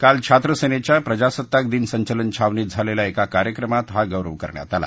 काल छात्र सेनेच्या प्रजासत्ताक दिन संचलन छावणीत झालेल्या एका कार्यक्रमात हा गौरव करण्यात आला